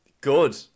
Good